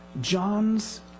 John's